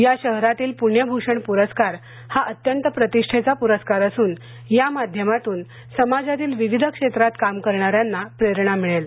या शहरातील पुण्यभूषण पुरस्कार हा अत्यंत प्रतिष्ठेचा पुरस्कार असून या माध्यमातून समाजातील विविध क्षेत्रात काम करणाऱ्यांना प्रेरणा मिळेल